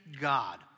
God